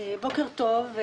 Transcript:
בקר טוב.